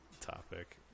topic